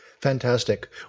Fantastic